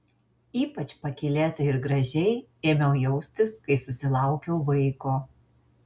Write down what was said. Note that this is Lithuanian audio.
ypač pakylėtai ir gražiai ėmiau jaustis kai susilaukiau vaiko